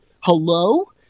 hello